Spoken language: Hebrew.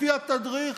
לפי התדריך,